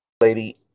lady